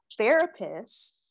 therapists